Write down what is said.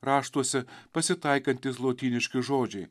raštuose pasitaikantys lotyniški žodžiai